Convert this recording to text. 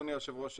אדוני היושב ראש,